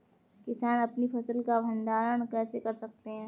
किसान अपनी फसल का भंडारण कैसे कर सकते हैं?